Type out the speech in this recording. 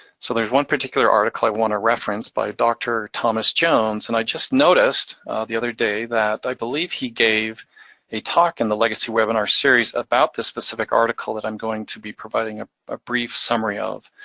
so there's one particular article i want to reference by dr. thomas jones, and i just noticed the other day, that i believe he gave a talk in the legacy webinar series about the specific article that i'm going to be providing ah a brief summary of.